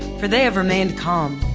for they have remained calm.